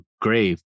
grave